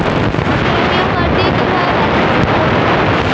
আমি ATM card দিয়ে কিভাবে ব্যালেন্স চেক করব?